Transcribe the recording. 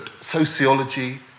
sociology